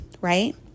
Right